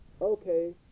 Okay